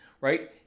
right